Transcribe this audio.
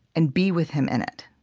and be with him in it,